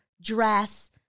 dress